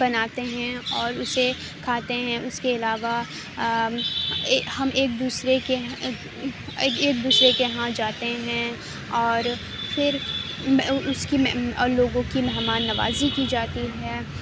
بناتے ہیں اور اسے کھاتے ہیں اس کے علاوہ ہم ایک دوسرے کے ایک ایک دوسرے کے ہاں جاتے ہیں اور پھر اس کی ان لوگوں کی مہمان نوازی کی جاتی ہے